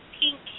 pink